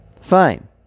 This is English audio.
Fine